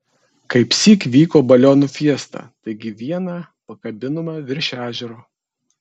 kaipsyk vyko balionų fiesta taigi vieną pakabinome virš ežero